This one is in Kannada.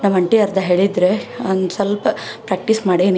ನಮ್ಮ ಅಂಟಿ ಅರ್ಧ ಹೇಳಿದ್ರು ಒಂದು ಸ್ವಲ್ಪ ಪ್ರ್ಯಾಕ್ಟೀಸ್ ಮಾಡೀನಿ